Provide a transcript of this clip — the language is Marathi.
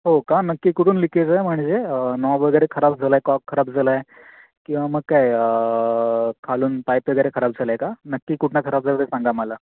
हो का नक्की कुठून लिकेज आहे म्हणजे नॉब वगैरे खराब झाला आहे कॉक खराब झाला आहे किंवा मग काय खालून पाईप वगैरे खराब झाला आहे का नक्की कुठनं खराब झाला आहे ते सांगा मला